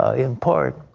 ah in part,